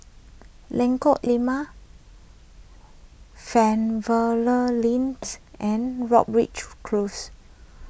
Lengkok Lima Fernvale Link and Close